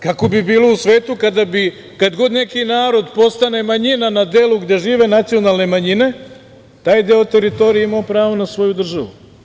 Kako bi bilo u svetu kad bi god neki narod postane manjina na delu gde žive nacionalne manjine, taj deo teritorije imao pravo na svoju državu?